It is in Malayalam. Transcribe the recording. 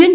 എൻ